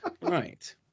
Right